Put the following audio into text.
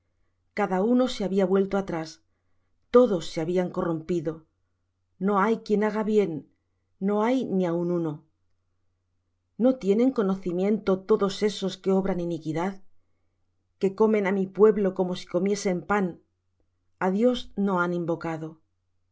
cada uno se había vuelto atrás todos se habían corrompido no hay quien haga bien no hay ni aun uno no tienen conocimiento todos esos que obran iniquidad que comen á mi pueblo como si comiesen pan a dios no han invocado